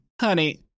Honey